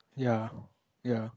ya ya